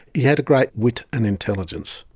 he had a great wit and intelligence.